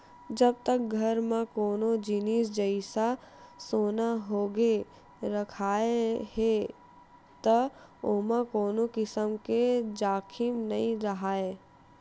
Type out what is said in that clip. जब तक घर म कोनो जिनिस जइसा सोना होगे रखाय हे त ओमा कोनो किसम के जाखिम नइ राहय